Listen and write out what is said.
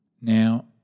Now